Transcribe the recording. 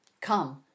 come